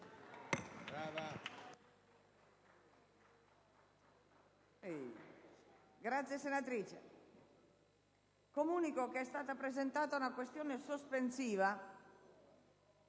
finestra"). Comunico che è stata presentata la questione sospensiva